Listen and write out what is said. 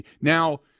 Now